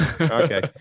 Okay